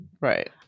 Right